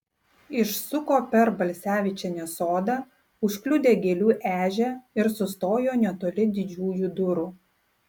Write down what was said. išsuko per balsevičienės sodą užkliudė gėlių ežią ir sustojo netoli didžiųjų durų